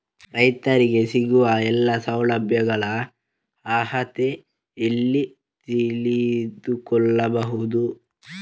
ರೈತರಿಗೆ ಸಿಗುವ ಎಲ್ಲಾ ಸೌಲಭ್ಯಗಳ ಅರ್ಹತೆ ಎಲ್ಲಿ ತಿಳಿದುಕೊಳ್ಳಬಹುದು?